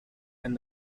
and